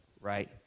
Right